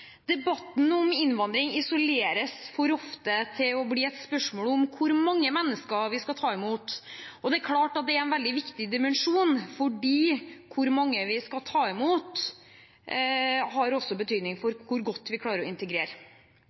Debatten om innvandring isoleres for ofte til å bli et spørsmål om hvor mange mennesker vi skal ta imot, og det er klart at det er en veldig viktig dimensjon, for hvor mange vi skal ta imot, har betydning for hvor godt vi klarer å integrere.